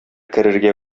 керергә